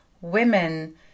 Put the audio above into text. women